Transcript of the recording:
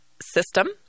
System